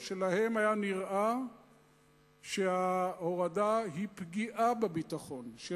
או שלהם היה נראה שההורדה היא פגיעה בביטחון של